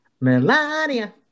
Melania